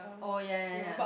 oh ya ya ya